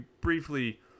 briefly